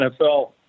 NFL